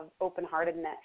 open-heartedness